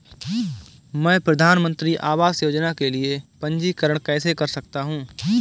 मैं प्रधानमंत्री आवास योजना के लिए पंजीकरण कैसे कर सकता हूं?